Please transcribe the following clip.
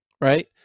right